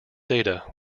data